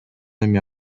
эми